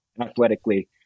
athletically